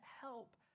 help